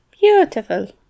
Beautiful